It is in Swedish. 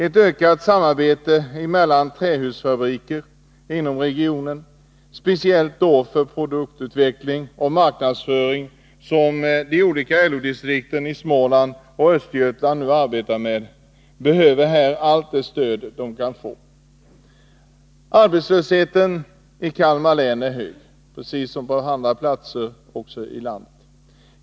Ett ökat samarbete mellan trähusfabrikerna inom regionen, speciellt då för produktutveckling och marknadsföring, som LO-distrikten i Småland och Östergötland ägnar sig åt, behöver här allt det stöd det kan få. Arbetslösheten i Kalmar län är hög, precis som på många andra platser i landet.